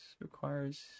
Requires